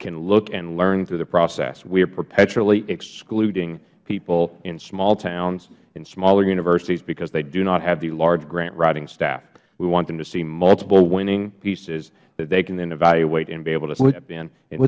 can look and learn through the process we are perpetually excluding people in small towns and smaller universities because they do not have the large grant writing staff we want them to see multiple winning pieces that they can then evaluate and be able to step in and